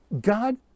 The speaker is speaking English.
God